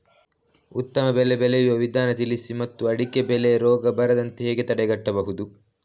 ಉತ್ತಮ ಬೆಳೆ ಬೆಳೆಯುವ ವಿಧಾನ ತಿಳಿಸಿ ಮತ್ತು ಅಡಿಕೆ ಬೆಳೆಗೆ ರೋಗ ಬರದಂತೆ ಹೇಗೆ ತಡೆಗಟ್ಟಬಹುದು?